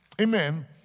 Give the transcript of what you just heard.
amen